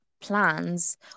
plans